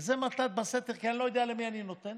וזה מתן בסתר, כי אני לא יודע למי אני נותן,